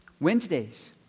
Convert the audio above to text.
Wednesdays